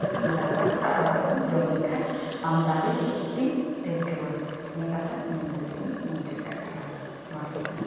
ᱚᱱᱟ ᱰᱟᱝᱨᱟ ᱠᱟᱴᱟ ᱟᱲᱟᱜ ᱦᱚᱢ ᱡᱚᱢ ᱞᱮᱠᱷᱟᱡ ᱟᱢ ᱫᱟᱲᱮ ᱥᱚᱠᱛᱤᱢ ᱟᱹᱭᱠᱟᱹᱣᱟ ᱱᱤᱭᱟᱹ ᱠᱟᱛᱷᱟ ᱢᱮᱱ ᱠᱟᱛᱮᱫ ᱤᱧ ᱢᱩᱪᱟᱹᱫ ᱠᱟᱫ ᱠᱟᱱᱟ ᱢᱟ ᱛᱚᱵᱮ